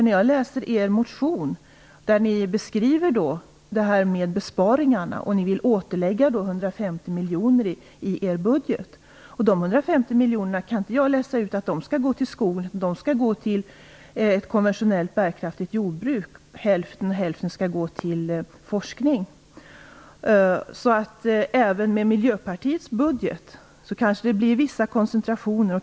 När jag läser er motion där ni tar upp besparingarna och vill återföra 150 miljoner i er budget, kan jag inte läsa ut att de pengarna skall gå till skogen. Hälften skall gå till ett konventionellt, bärkraftigt jordbruk och hälften till forskning. Även med Miljöpartiets budget kanske det blir vissa koncentrationer.